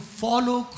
follow